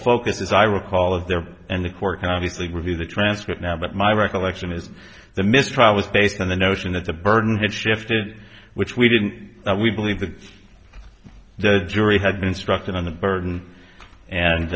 focus is i recall is there and the court can obviously review the transcript now but my recollection is the mistrial was based on the notion that the burden had shifted which we didn't we believe that the jury had been instructed on the burden